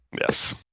Yes